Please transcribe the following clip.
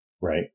right